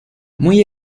muy